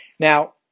Now